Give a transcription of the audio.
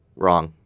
wrong!